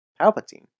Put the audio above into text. Palpatine